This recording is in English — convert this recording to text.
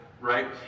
right